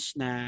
na